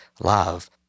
love